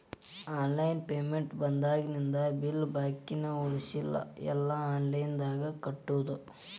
online payment ಬಂದಾಗಿಂದ bill ಬಾಕಿನ ಉಳಸಲ್ಲ ಎಲ್ಲಾ ಆನ್ಲೈನ್ದಾಗ ಕಟ್ಟೋದು